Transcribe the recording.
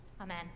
amen